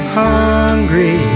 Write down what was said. hungry